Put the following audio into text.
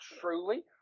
truly